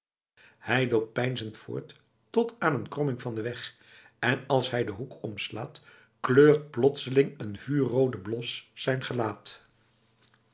hij loopt peinzend voort tot aan een kromming van den weg en als hij den hoek omslaat kleurt plotseling een vuurroode blos zijn gelaat